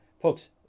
Folks